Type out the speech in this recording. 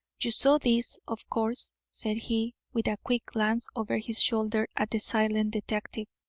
you saw this, of course, said he, with a quick glance over his shoulder at the silent detective.